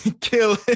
kill